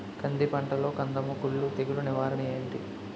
కంది పంటలో కందము కుల్లు తెగులు నివారణ ఏంటి?